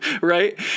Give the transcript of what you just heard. right